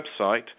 website